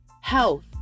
Health